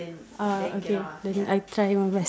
ah okay I try by myself